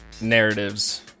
narratives